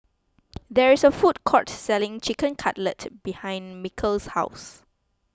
there is a food court selling Chicken Cutlet behind Mikel's house